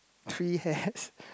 three hats